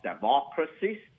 democracies